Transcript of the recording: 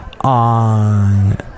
On